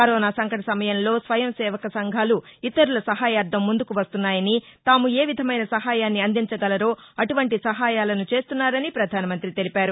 corona సంకటసమయంలో స్వయంసేవక సంఘాలు ఇతరుల సహాయార్దం ముందుకు వస్తున్నాయని తాము ఏ విధమైన సహాయాన్ని అందించగలరో అటువంటి సహాయాలను చేస్తున్నారని ప్రధానమంత్రి తెలిపారు